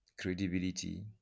Credibility